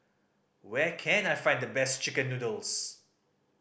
where can I find the best chicken noodles